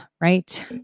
right